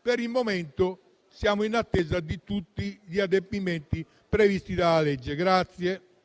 per il momento siamo in attesa di tutti gli adempimenti previsti dalla legge.